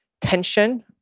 tension